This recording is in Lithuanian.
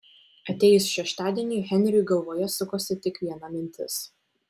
atėjus šeštadieniui henriui galvoje sukosi tik viena mintis